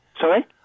Sorry